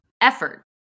effort